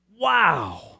Wow